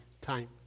time